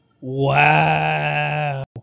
Wow